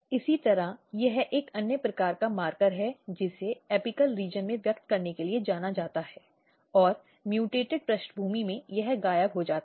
इसी तरह यह एक अन्य प्रकार का मार्कर है जिसे एपिकल क्षेत्र में व्यक्त करने के लिए जाना जाता है और म्यूटेंट पृष्ठभूमि में यह गायब हो जाता है